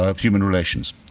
ah human relations.